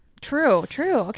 true, true.